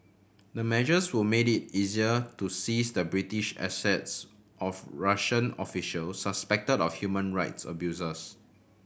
the measures would make it easier to seize the British assets of Russian officials suspected of human rights abuses